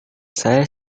saya